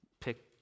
pick